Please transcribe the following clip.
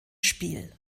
spiel